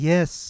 Yes